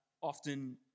often